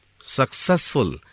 successful